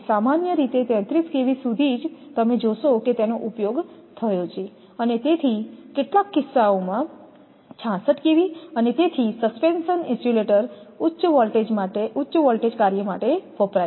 સામાન્ય રીતે 33 kV સુધી જ તમે જોશો કે તેનો ઉપયોગ થયો છેઅને તેથી કેટલાક કિસ્સાઓમાં 66 kV અને તેથી સસ્પેન્શન ઇન્સ્યુલેટર ઉચ્ચ વોલ્ટેજ કાર્ય માટે વપરાય છે